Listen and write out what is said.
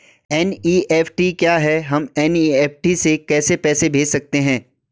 NEFT क्या है हम एन.ई.एफ.टी से कैसे पैसे भेज सकते हैं?